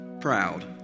proud